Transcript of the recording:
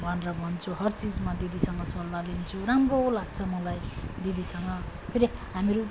भनेर भन्छु हर चिजमा दिदीसँग सल्लाह लिन्छु राम्रो लाग्छ मलाई दिदीसँग फेरि हामीहरू